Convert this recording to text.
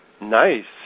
Nice